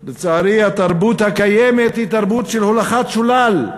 לצערי, התרבות הקיימת היא תרבות של הולכת שולל,